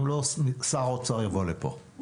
אם לא, שר האוצר יבוא לפה.